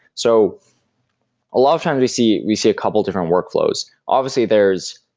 so a lot of time we see we see a couple of different workloads. obviously, there's,